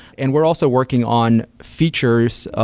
and we're also working on features,